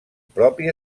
propi